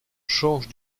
change